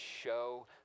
show